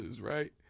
right